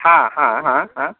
हाँ हाँ हाँ हाँ